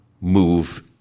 move